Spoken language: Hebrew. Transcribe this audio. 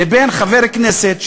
לבין חבר כנסת,